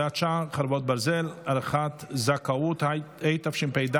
חוק ומשפט בעניין פיצול הצעת חוק הארכת תקופות ודחיית